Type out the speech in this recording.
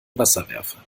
wasserwerfer